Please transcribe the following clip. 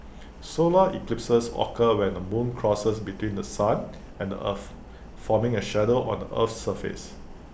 solar eclipses occur when the moon crosses between The Sun and the earth forming A shadow on A Earth's surface